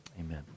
amen